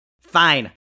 Fine